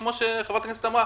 כמו שחברת הכנסת אמרה,